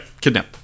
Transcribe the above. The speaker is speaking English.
Kidnap